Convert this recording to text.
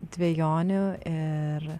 dvejonių ir